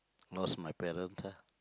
lost my parents ah